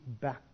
back